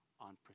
on